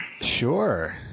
sure